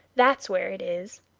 that's where it is.